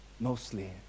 mostly